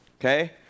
Okay